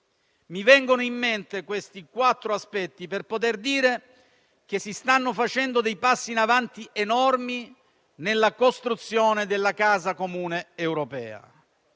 Mi vengono in mente questi quattro aspetti per poter dire che si stanno facendo dei passi in avanti enormi nella costruzione della casa comune europea.